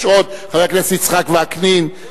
יש עוד: חבר הכנסת יצחק וקנין,